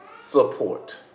support